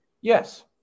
Yes